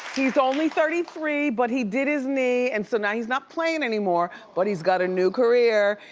he's only thirty three but he did his knee and so now he's not playing anymore, but he's got a new career.